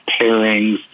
pairings